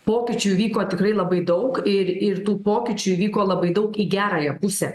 pokyčių įvyko tikrai labai daug ir ir tų pokyčių įvyko labai daug į gerąją pusę